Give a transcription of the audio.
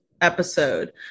episode